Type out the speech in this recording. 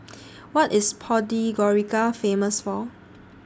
What IS Podgorica Famous For